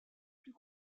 plus